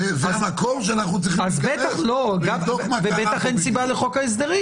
בטח אין סיבה לחוק ההסדרים.